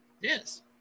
Yes